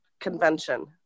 convention